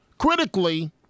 Critically